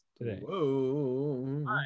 today